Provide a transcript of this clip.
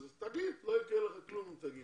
תגיד, לא יקרה לך כלום אם תגיד.